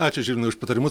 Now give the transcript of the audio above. ačiū už patarimus